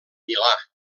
milà